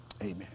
Amen